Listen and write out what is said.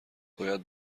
باید